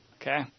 Okay